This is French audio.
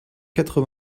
quatre